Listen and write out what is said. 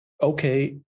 okay